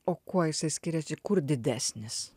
o kuo jisai skiriasi kur didesnis